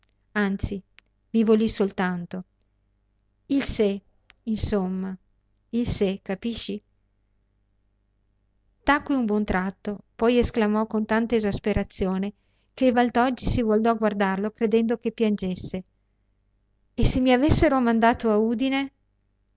anzi vivo lì soltanto il se insomma il se capisci tacque un buon tratto poi esclamò con tanta esasperazione che il valdoggi si voltò a guardarlo credendo che piangesse e se mi avessero mandato a udine